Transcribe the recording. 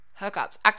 hookups